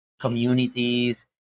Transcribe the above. communities